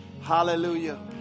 Hallelujah